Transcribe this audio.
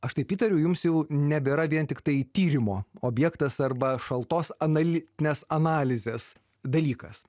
aš taip įtariu jums jau nebėra vien tiktai tyrimo objektas arba šaltos analitinės analizės dalykas